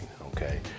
okay